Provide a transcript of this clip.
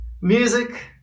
music